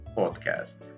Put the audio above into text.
podcast